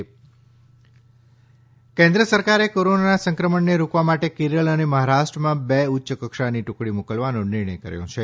કીવિડ કેન્દ્રીય ટીમ કેન્દ્ર સરકારે કોરોના સંક્રમણને રોકવા માટે કેરળ ને મહારાષ્ટ્રમાં બે ઉચ્ચકક્ષાની ટુકડી મોકલવાનો નિર્ણય કર્યો છે